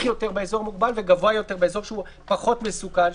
יותר באזור המוגבל וגבוה יותר באזור שהוא פחות מסוכן,